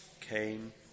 came